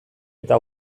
eta